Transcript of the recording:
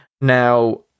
Now